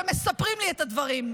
שמספרים לי את הדברים,